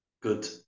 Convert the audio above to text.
Good